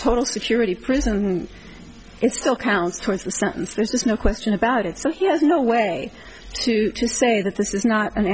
total security prison in still counts towards the sentence there is no question about it so he has no way to say that this is not an